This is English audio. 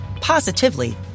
positively